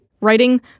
writing